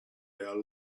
our